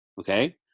Okay